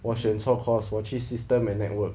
我选错 course 我去 system and network